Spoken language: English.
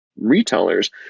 retailers